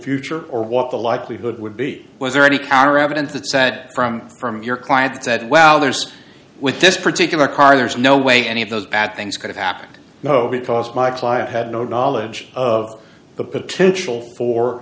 future or what the likelihood would be was there any counter evidence that sat from firm your client that wow there's with this particular car there's no way any of those bad things could of happened no because my client had no knowledge of the potential for